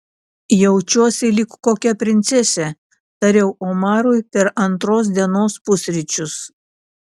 jaučiuosi lyg kokia princesė tariau omarui per antros dienos pusryčius